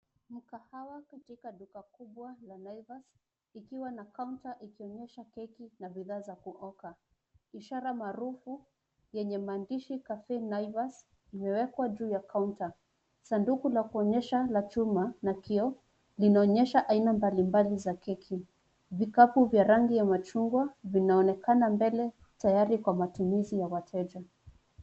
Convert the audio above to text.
Mkahawa katika duka kubwa la Naivas ikiwa na counter ikionyesha keki na bidhaa za kuoka. Ishara maarufu yenye maandishi cafe naivas imewekwa juu ya counter . Sanduku la kuonyesha la chuma na kioo linaonyesha aina mbalimbali za keki. Vikapu ya rangi ya machungwa vinaonekana mbele tayari kwa matumizi ya wateja.